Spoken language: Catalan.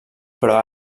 però